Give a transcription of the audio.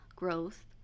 growth